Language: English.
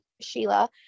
Sheila